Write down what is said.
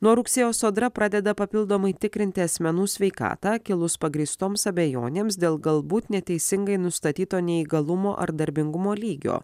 nuo rugsėjo sodra pradeda papildomai tikrinti asmenų sveikatą kilus pagrįstoms abejonėms dėl galbūt neteisingai nustatyto neįgalumo ar darbingumo lygio